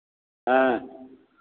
हाँ